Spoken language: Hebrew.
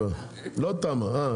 הישיבה ננעלה בשעה 22:00.